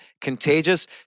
Contagious